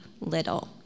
little